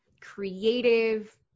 creative